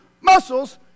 muscles